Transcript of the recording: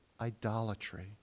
idolatry